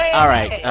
all right.